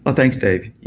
but thanks, dave.